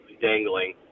dangling